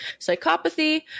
psychopathy